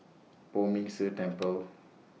Poh Ming Tse Temple